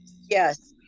Yes